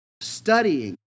studying